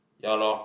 ya lor